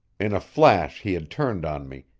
in a flash he had turned on me,